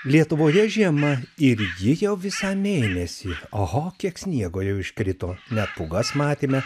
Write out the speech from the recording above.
lietuvoje žiema ir ji jau visą mėnesį oho kiek sniego jau iškrito net pūgas matėme